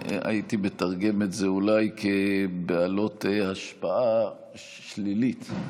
הייתי מתרגם את זה אולי כ"בעלות השפעה שלילית",